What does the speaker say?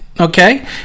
Okay